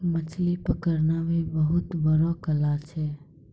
मछली पकड़ना भी बहुत बड़ो कला छै